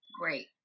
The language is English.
great